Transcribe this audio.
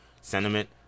sentiment